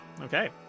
Okay